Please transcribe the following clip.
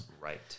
right